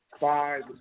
five